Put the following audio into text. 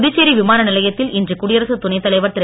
புதுச்சேரி விமான நிலையத்தில் இன்று குடியரசுத் துணைத் தலைவர் திரு